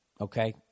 okay